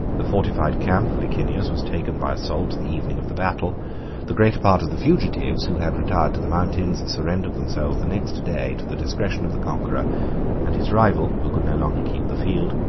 the fortified camp of licinius was taken by assault the evening of the battle the greater part of the fugitives, who had retired to the mountains, surrendered themselves the next day to the discretion of the conqueror and his rival, who could no longer keep the field,